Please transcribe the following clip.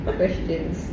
questions